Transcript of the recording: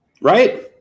right